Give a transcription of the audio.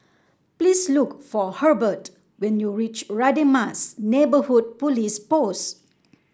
please look for Herbert when you reach Radin Mas Neighbourhood Police Post